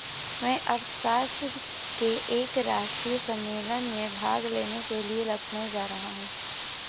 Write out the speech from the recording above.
मैं अर्थशास्त्र के एक राष्ट्रीय सम्मेलन में भाग लेने के लिए लखनऊ जा रहा हूँ